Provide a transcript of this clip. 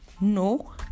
no